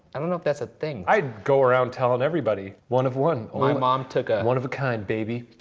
i don't know if that's a thing. i'd go around telling everybody, one of one my mom took a one of a kind, baby.